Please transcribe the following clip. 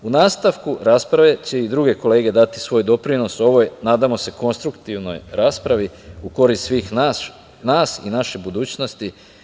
U nastavku rasprave će i druge kolege dati i svoj doprinos ovoj, nadamo se, konstruktivnoj raspravi u korist svih nas i naše budućnosti.